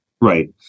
Right